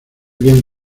bien